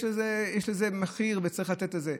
יש לזה מחיר וצריך לתת לזה,